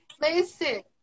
Listen